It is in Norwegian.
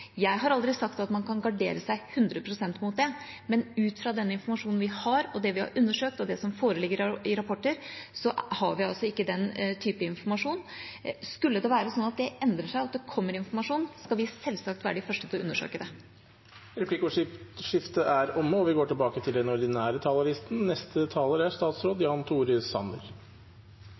Jeg har aldri sagt at man kan gardere seg hundre prosent mot det, men ut fra den informasjonen vi har, det vi har undersøkt, og det som foreligger i rapporter, har vi altså ikke den typen informasjon. Skulle det være sånn at det endrer seg, at det kommer informasjon, skal vi selvsagt være de første til å undersøke det. Replikkordskiftet er omme. Jeg vil først slå fast at uønsket spredning av flerbruksvarer og sensitiv teknologi med mulige sikkerhetskonsekvenser ikke er